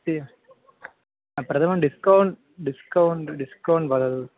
इति प्रथमं discount discount discount वदतु